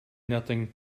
nothing